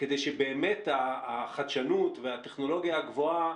כדי שבאמת החדשנות והטכנולוגיה הגבוהה